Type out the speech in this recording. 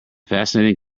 fascinating